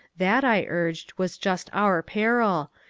that, i urged, was just our peril,